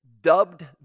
dubbed